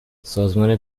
سازمان